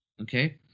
Okay